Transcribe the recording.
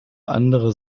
andere